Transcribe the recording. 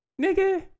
Nigga